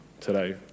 today